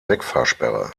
wegfahrsperre